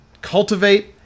cultivate